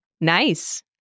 Nice